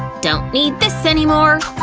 don't need this anymore.